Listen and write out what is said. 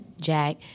Jack